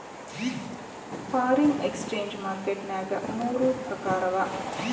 foreign exchange market ನ್ಯಾಗ ಮೂರ್ ಪ್ರಕಾರವ